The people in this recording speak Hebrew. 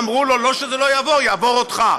אמרו לו: לא שזה לא יעבור, יעבור אותך.